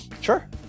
Sure